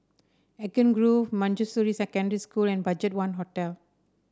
Eden Grove Manjusri Secondary School and BudgetOne Hotel